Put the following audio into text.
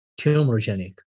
tumorigenic